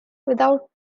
without